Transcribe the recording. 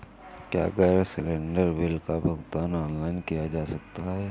क्या gas cylinder bill का भुगतान ऑनलाइन किया जा सकता है?